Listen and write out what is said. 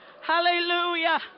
hallelujah